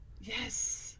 Yes